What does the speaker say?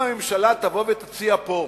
אם הממשלה תבוא ותציע פה